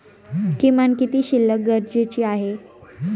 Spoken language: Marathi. किमान किती शिल्लक गरजेची आहे?